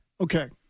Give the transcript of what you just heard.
Okay